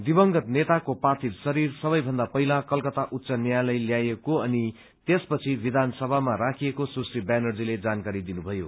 दिवंगत नेताको पार्थिव शरी सबैभन्दा पहिला कलकता उच्च न्यायालय ल्याइएको अनि त्यसपछि विधानसभामा राखिएको सुश्री ब्यानर्जीले जानकारी दिनुभयो